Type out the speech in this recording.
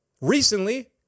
recently